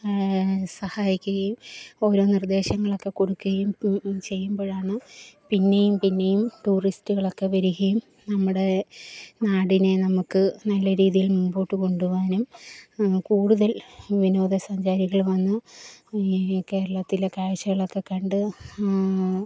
സഹായിക്കുകയും ഓരോ നിർദ്ദേശങ്ങളൊക്ക കൊടുക്കുകയും ചെയ്യുമ്പോഴാണ് പിന്നെയും പിന്നെയും ടൂറിസ്റ്റുകളൊക്കെ വരികയും നമ്മുടെ നാടിനെ നമുക്ക് നല്ല രീതിയിൽ മുമ്പോട്ട് കൊണ്ടുപോകാനും കൂടുതൽ വിനോദസഞ്ചാരികള് വന്ന് ഈ കേരളത്തിലെ കാഴ്ച്ചകളൊക്കെക്കണ്ട്